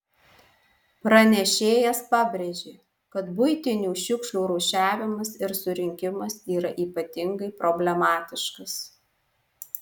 pranešėjas pabrėžė kad buitinių šiukšlių rūšiavimas ir surinkimas yra ypatingai problematiškas